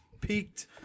peaked